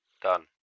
Done